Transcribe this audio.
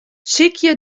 sykje